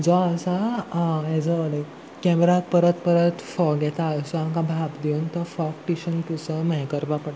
जो आसा येजो लायक कॅमेराक परत परत फोग येता सो आमकां भाग दिवन तो फोग टिशन पिसो मेळ करपा पडटा